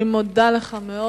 אני מודה לך מאוד.